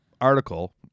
article